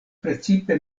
precipe